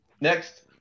Next